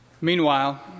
Meanwhile